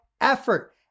effort